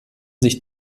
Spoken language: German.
sich